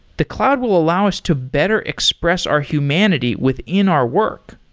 the cloud will allow us to better express our humanity within our work.